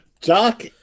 Doc